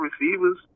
receivers